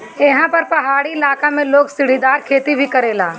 एहा पर पहाड़ी इलाका में लोग सीढ़ीदार खेती भी करेला